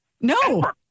No